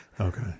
Okay